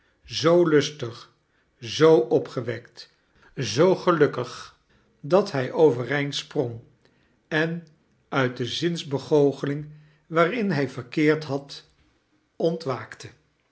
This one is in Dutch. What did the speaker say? zoo lustig zoo opgewekt zoo gelukkig dat hij overeind sprong en uit de zinsbegoocheling waarin hij verkeerd had ontwaakte